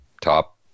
top